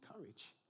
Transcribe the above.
courage